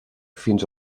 fins